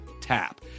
tap